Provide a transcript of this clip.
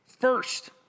first